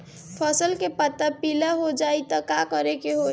फसल के पत्ता पीला हो जाई त का करेके होई?